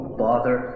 bother